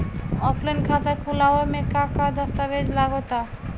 Offline खाता खुलावे म का का दस्तावेज लगा ता?